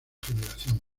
generación